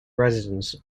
residence